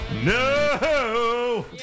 No